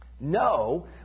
No